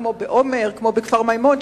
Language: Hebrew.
כמו בעומר ובכפר-מימון,